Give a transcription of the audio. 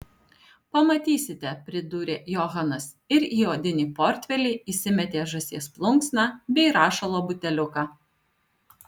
pamatysite pridūrė johanas ir į odinį portfelį įsimetė žąsies plunksną bei rašalo buteliuką